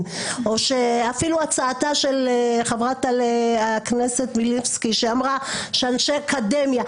או אפילו הצעתה של חברת הכנסת מלינובסקי שאמרה אנשי אקדמיה.